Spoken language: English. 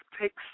takes